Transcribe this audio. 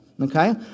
okay